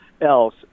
else